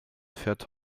fährt